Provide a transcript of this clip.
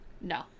No